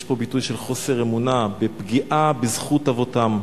יש פה ביטוי של חוסר אמונה ופגיעה בזכות אבותם.